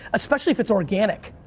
especially if it's organic.